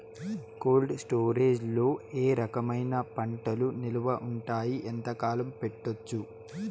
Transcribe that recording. Cold storage లో ఏ రకమైన పంటలు నిలువ ఉంటాయి, ఎంతకాలం పెట్టొచ్చు?